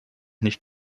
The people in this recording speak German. nicht